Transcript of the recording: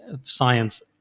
science